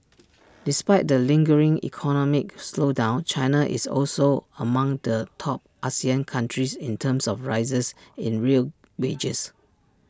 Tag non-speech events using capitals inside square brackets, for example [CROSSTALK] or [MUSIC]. [NOISE] despite the lingering economic slowdown China is also among the top Asian countries in terms of rises in real wages